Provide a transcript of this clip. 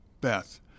Beth